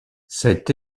cet